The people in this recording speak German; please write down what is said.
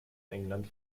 england